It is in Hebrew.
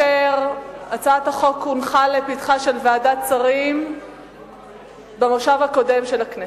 היא הונחה לפתחה של ועדת השרים במושב הקודם של הכנסת.